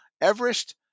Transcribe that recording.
Everest